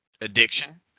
addiction